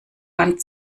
wand